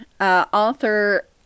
author